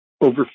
Over